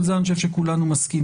על זה אני חושב שכולנו מסכימים.